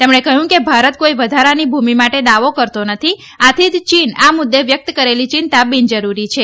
તેમણે કહ્યું કે ભારત કોઇ વધારાની ભૂમિ માટે દાવો કરતો નથી આથી જ ચીન આ મુદ્દે વ્યક્ત કરેલી ચિંતા બિનજરૂરી છે